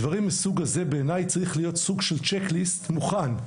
בדברים מהסוג הזה צריך להיות סוג של צ'ק ליסט מוכן,